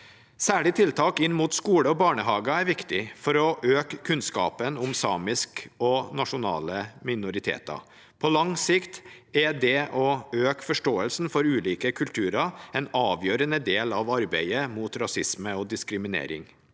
Særlig tiltak inn mot skoler og barnehager er viktig for å øke kunnskapen om samer og nasjonale minoriteter. På lang sikt er det å øke forståelsen for ulike kulturer en avgjørende del av arbeidet mot rasisme og diskriminering.